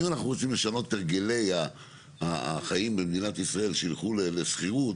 אם אנחנו רוצים לשנות את הרגלי החיים במדינת ישראל שילכו לשכירות